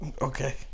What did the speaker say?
Okay